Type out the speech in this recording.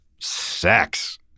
Sex